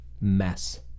mess